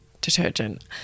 detergent